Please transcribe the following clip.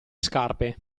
scarpe